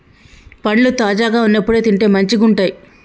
పండ్లు తాజాగా వున్నప్పుడే తింటే మంచిగుంటయ్